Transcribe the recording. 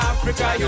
Africa